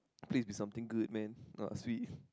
please be something good man ah swee